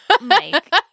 Mike